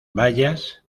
bayas